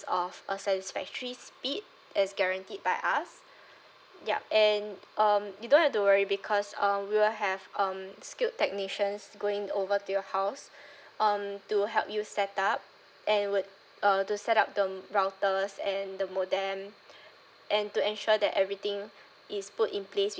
of a satisfactory speed as guaranteed by us yup and um you don't have to worry because um we will have um skilled technicians going over to your house um to help you setup and would uh to set up them routers and the modem and to ensure that everything is put in place